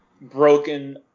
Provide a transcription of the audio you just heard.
broken